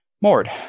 Mord